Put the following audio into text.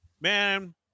Man